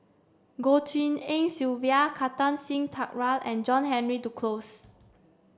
Goh Tshin En Sylvia Kartar Singh Thakral and John Henry Duclos